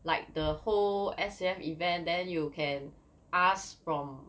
like the whole S_A_F event then you can ask from